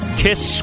kiss